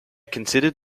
considered